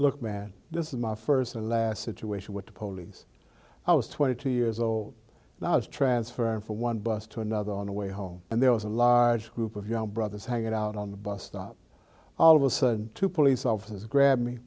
look bad this is my first and last situation with the polies i was twenty two years old and i was transferring for one bus to another on the way home and there was a large group of young brothers hang it out on the bus stop all of a sudden two police officers grab